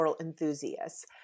enthusiasts